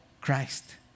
Christ